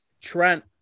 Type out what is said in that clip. Trent